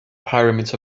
pyramids